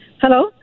Hello